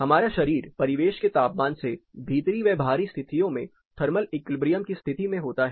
हमारा शरीर परिवेश के तापमान से भीतरी व बाहरी स्थितियों में थर्मल इक्विलिब्रियम की स्थिति में होता है